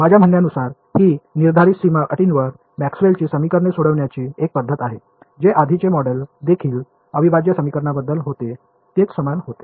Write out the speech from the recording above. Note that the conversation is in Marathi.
माझ्या म्हणण्यानुसार ही निर्धारित सीमा अटींसह मॅक्सवेलची समीकरणे सोडविण्याची एक पद्धत आहे जे आधीचे मॉडेल देखील अविभाज्य समीकरणांबद्दल होते तेच समान होते